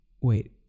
Wait